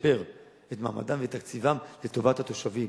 לשפר את מעמדם ואת תקציבם לטובת התושבים.